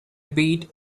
bead